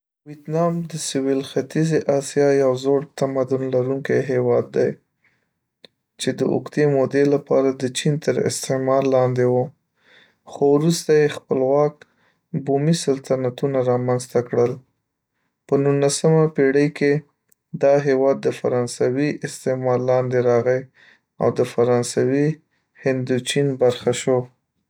ویتنام د سویل ختیځې آسیا یو زوړ تمدن لرونکی هېواد دی چې د اوږدې مودې لپاره د چین تر استعمار لاندې و، خو وروسته یې خپلواک بومي سلطنتونه رامنځته کړل. په نولسمه پېړۍ کې دا هېواد د فرانسوي استعمار لاندې راغی او د فرانسوي هندوچین برخه شو.